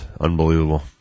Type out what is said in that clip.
Unbelievable